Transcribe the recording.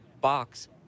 box